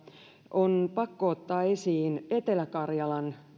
on pakko ottaa esiin etelä karjalan